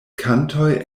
kantoj